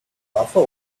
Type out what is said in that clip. buffer